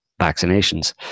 vaccinations